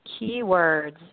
Keywords